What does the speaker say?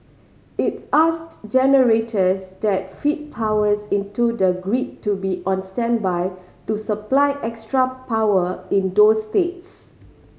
it asked generators that feed powers into the grid to be on standby to supply extra power in those states